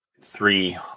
three